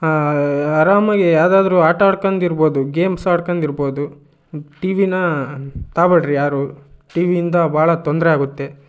ಆರಾಮಾಗಿ ಯಾವ್ದಾದ್ರೂ ಆಟ ಆಡ್ಕಂಡ್ ಇರ್ಬೋದು ಗೇಮ್ಸ್ ಆಡ್ಕಂಡ್ ಇರ್ಬೋದು ಟಿ ವಿನ ತಗಬೇಡ್ರಿ ಯಾರೂ ಟಿ ವಿಯಿಂದ ಭಾಳ ತೊಂದರೆ ಆಗುತ್ತೆ